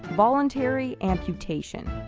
voluntary amputation.